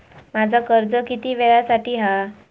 माझा कर्ज किती वेळासाठी हा?